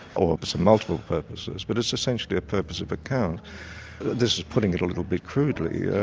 or some multiple purposes, but it's essentially a purpose of account this is putting it a little bit crudely,